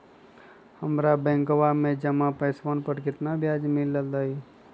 हम्मरा बैंकवा में जमा पैसवन पर कितना ब्याज मिलतय?